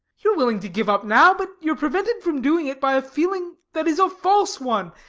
you are willing to give up now, but you are prevented from doing it by a feeling that is a false one.